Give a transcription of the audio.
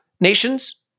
nations